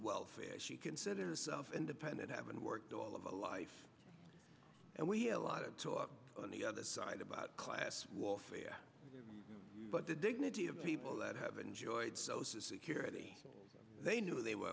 welfare she considered herself independent haven't worked all of our life and we have a lot of talk on the other side about class warfare but the dignity of people that have enjoyed security they knew they were